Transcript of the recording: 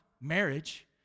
Marriage